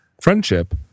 friendship